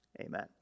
Amen